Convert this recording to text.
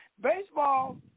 Baseball